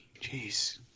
Jeez